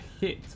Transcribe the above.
hit